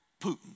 Putin